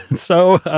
and so,